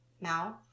mouth